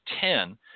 ten